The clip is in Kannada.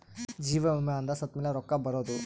ಜೀವ ವಿಮೆ ಅಂದ್ರ ಸತ್ತ್ಮೆಲೆ ರೊಕ್ಕ ಬರೋದು